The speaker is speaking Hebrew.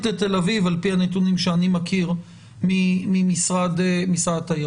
לתל אביב על פי הנתונים שאני מכיר ממשרד התיירות.